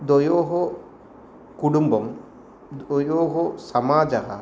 द्वयोः कुटुम्बम् द्वयोः समाजः